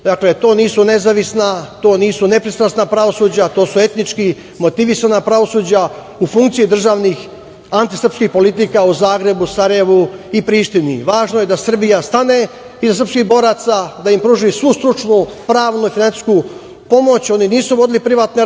Dakle, to nisu nezavisna, to nisu nepristrasna pravosuđa. To su etnički motivisana pravosuđa u funkciji državnih antisrpskih politika u Zagrebu, Sarajevu i Prištini. Važno je da Srbija stane iza srpskih boraca, da im pruži svu stručnu, pravnu i finansijsku pomoć. Oni nisu vodili privatne ratove,